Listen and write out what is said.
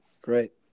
Great